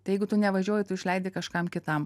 tai jeigu tu nevažiuoji tu išleidi kažkam kitam